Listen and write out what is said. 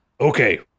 okay